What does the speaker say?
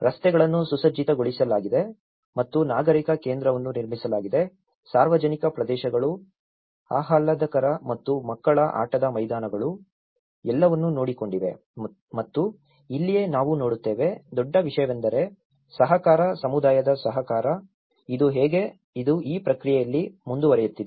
ರಸ್ತೆಗಳನ್ನು ಸುಸಜ್ಜಿತಗೊಳಿಸಲಾಗಿದೆ ಮತ್ತು ನಾಗರಿಕ ಕೇಂದ್ರವನ್ನು ನಿರ್ಮಿಸಲಾಗಿದೆ ಸಾರ್ವಜನಿಕ ಪ್ರದೇಶಗಳು ಆಹ್ಲಾದಕರ ಮತ್ತು ಮಕ್ಕಳ ಆಟದ ಮೈದಾನಗಳು ಎಲ್ಲವನ್ನೂ ನೋಡಿಕೊಂಡಿವೆ ಮತ್ತು ಇಲ್ಲಿಯೇ ನಾವು ನೋಡುತ್ತೇವೆ ದೊಡ್ಡ ವಿಷಯವೆಂದರೆ ಸಹಕಾರ ಸಮುದಾಯದ ಸಹಕಾರ ಇದು ಹೇಗೆ ಇದು ಈ ಪ್ರಕ್ರಿಯೆಯಲ್ಲಿ ಮುಂದುವರಿಯುತ್ತಿದೆ